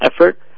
effort